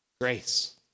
grace